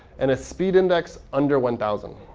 and a speed index under one thousand.